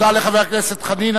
תודה לחבר הכנסת חנין.